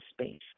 space